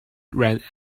ran